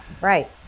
Right